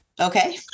Okay